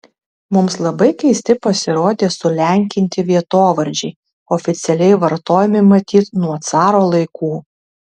mums labai keisti pasirodė sulenkinti vietovardžiai oficialiai vartojami matyt nuo caro laikų